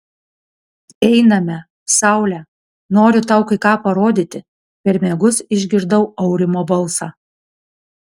einame saule noriu tau kai ką parodyti per miegus išgirdau aurimo balsą